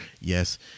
yes